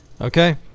okay